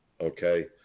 okay